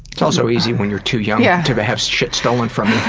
it's also easy when you're too young yeah to have have shit stolen from